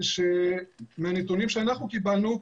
מהנתונים שאנחנו קיבלנו,